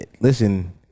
listen